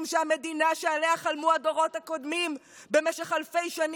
הם מפחדים שהמדינה שעליה חלמו הדורות הקודמים במשך אלפי שנים,